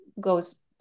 goes